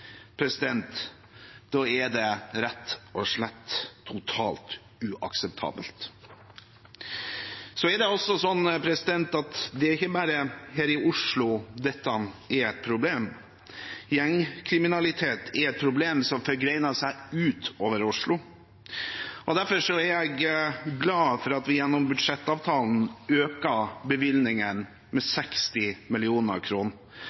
da er det rett og slett totalt uakseptabelt. Det er ikke bare her i Oslo dette er et problem. Gjengkriminalitet er et problem som forgreiner seg ut over Oslo. Derfor er jeg glad for at vi gjennom budsjettavtalen øker bevilgningene med